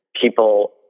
people